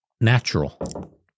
natural